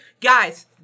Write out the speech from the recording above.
Guys